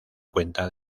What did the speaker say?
cuenta